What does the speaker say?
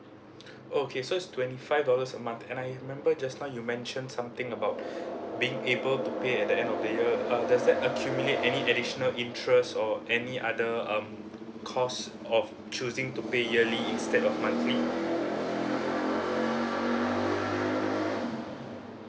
okay so it's twenty five dollars a month and I remember just now you mentioned something about being able to pay at the end of the year but does that accumulate any interest or any other um cost of choosing to pay yearly instead of monthly